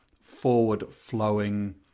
forward-flowing